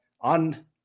on